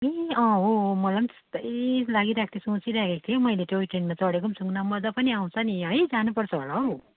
ए अँ हो हो मलाई पनि त्यस्तै लागिरहेको थियो सोचिरहेको थिएँ मैले टोय ट्रेनमा चढेको छुइनँ मजा पनि आउँछ नि है जानुपर्छ होला हौ